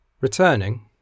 Returning